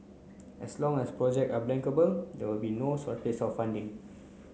as long as project are bankable there will be no shortage of funding